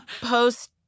Post